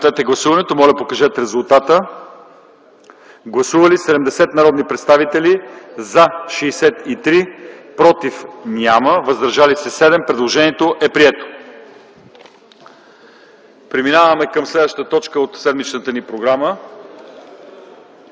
съвет. Моля, гласувайте. Гласували 70 народни представители: за 63, против няма, въздържали се 7. Предложението е прието. Преминаваме към следващата точка от седмичната ни програма: